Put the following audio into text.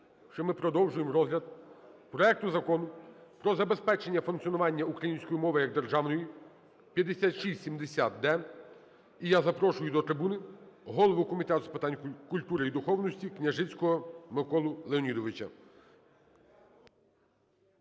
що ми продовжуємо розгляд проекту Закону про забезпечення функціонування української мови як державної (5670-д). І я запрошую до трибуни голову Комітету з питань культури і духовностіКняжицького Миколу Леонідовича.